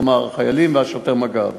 כלומר חיילים ושוטר מג"ב,